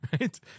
right